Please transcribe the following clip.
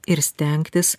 ir stengtis